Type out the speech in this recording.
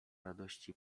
radości